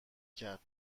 کرد